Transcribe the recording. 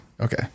okay